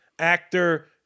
Actor